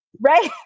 Right